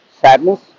Sadness